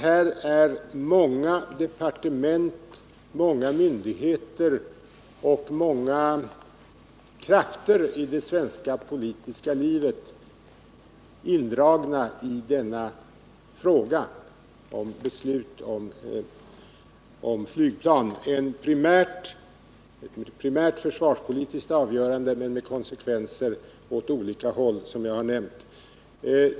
Det är ju många departement, många myndigheter och många krafter i det svenska politiska livet indragna i denna fråga om beslut om flygplan — ett primärt försvarspolitiskt avgörande men med konsekvenser åt olika håll, som jag har nämnt.